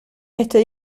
este